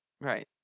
Right